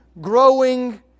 growing